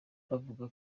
bavuga